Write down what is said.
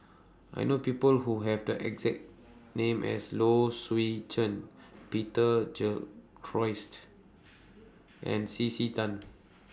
I know People Who Have The exact name as Low Swee Chen Peter Gilchrist and C C Tan